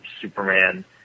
Superman